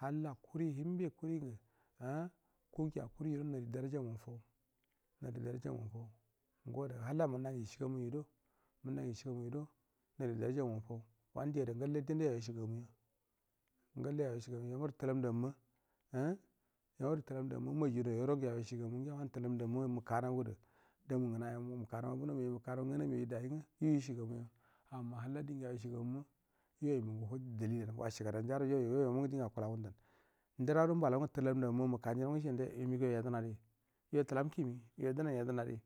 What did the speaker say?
Halla kuri him be kuri ngu um kungiya kuri judo nari dara ja nga mu fau nari dora ja nga mu faun go adda ga halla munna ngu yishiga mu yo do munna ngu yishi gamu yodo nari dara jangamu fau wanu diada ngalle din du yau yeshi gamua ngalle yau yashi gamu ya maru tulam ndam ma um youru tulam ndamma majun au yaro ngu yau yashi gamun ngiya wanu tulamdam ma muka naudu da mu ngu nay o muka nau abunomi ai ru muka nau nga nai mi airu dai ai yo yishi gamuya amma halla din ga yau yashigamma yeimungu hujj da li lan wahi ga dan jado yoyo iyo mun ngu din gu akula ngundan ndura do mbalau ngu tulam ndamma mukan jinau ngu yishe nde yo migau yednari yotulam kimi yodunai du nai yednari